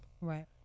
Right